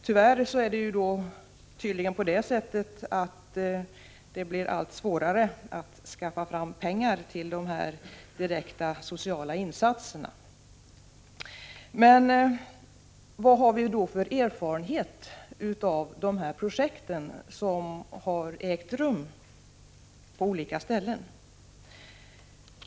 Tyvärr är det tydligen så, att det blir allt svårare att skaffa fram pengar för de direkta sociala insatserna. Vad har vi då för erfarenhet av de projekt som genomförts på olika ställen?